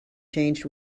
changed